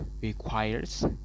requires